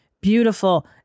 beautiful